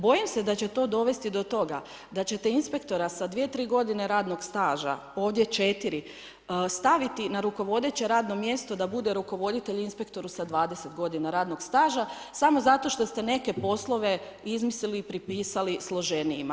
Bojim se da će to dovesti do toga da ćete inspektora sa 2, 3 godine radnog staža, ovdje 4 staviti na rukovodeće radno mjesto da bude rukovoditelj inspektoru sa 20 godina radnog staža samo zato što ste neke poslove izmislili i pripisali složenijima.